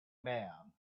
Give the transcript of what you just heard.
man